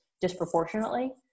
disproportionately